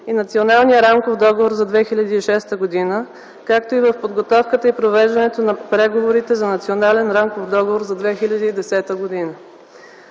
и Националния рамков договор за 2006 г., както и в подготовката и провеждането на преговорите за Национален рамков договор за 2010 г.